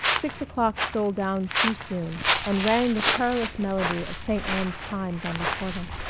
six o'clock stole down too soon and rang the querulous melody of st. anne's chimes on the corner.